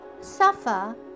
suffer